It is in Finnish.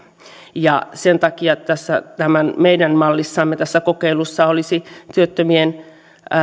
sen takia tässä meidän mallissamme tässä kokeilussa olisi työttömien